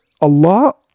Allah